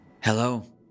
Hello